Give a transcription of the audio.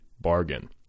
bargain